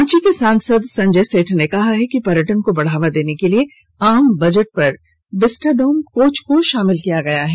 रांची के सांसद संजय सेठ ने कहा कि पर्यटन को बढ़ावा देने के लिए आम बजट में विस्टाडोम कोच को शामिल किया गया है